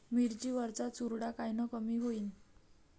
मिरची वरचा चुरडा कायनं कमी होईन?